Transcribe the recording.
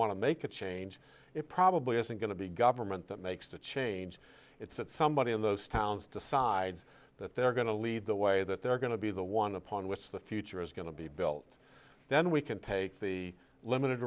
to make a change it probably isn't going to be government that makes the change it's that somebody in those towns decides that they're going to lead the way that they're going to be the one upon which the future is going to be built then we can take the limited